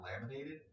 laminated